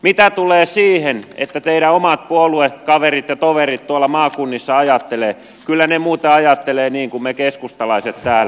mitä tulee siihen mitä teidän omat puoluekaverinne ja toverinne tuolla maakunnissa ajattelevat niin kyllä he muuten ajattelevat niin kuin me keskustalaiset täällä